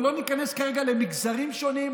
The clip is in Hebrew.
ולא ניכנס כרגע למגזרים שונים,